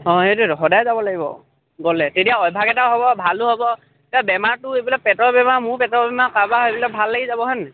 অঁ সেইটোৱেইতো সদায় যাব লাগিব গ'লে তেতিয়া অভ্যাস এটা হ'ব ভালো হ'ব এতিয়া বেমাৰটো এইবিলাক পেটৰ বেমাৰ মোৰো পেটৰ বেমাৰ কাৰোবাৰ এইবিলাক ভাল লাগি যাব হয় নাই